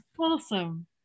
Awesome